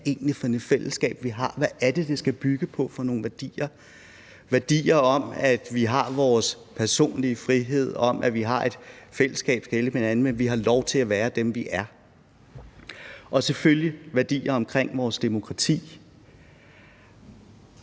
hvad det egentlig er for et fællesskab, vi har, og hvad det er for nogle værdier, det skal bygge på – værdier om, at vi har vores personlige frihed, om, at vi har et fællesskab og skal hjælpe hinanden, men at vi har lov til at være dem, vi er, og selvfølgelig værdier omkring vores demokrati.